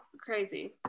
crazy